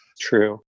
true